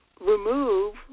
remove